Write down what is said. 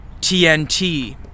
TNT